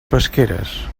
pesqueres